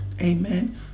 Amen